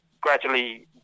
gradually